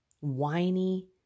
whiny